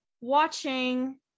watching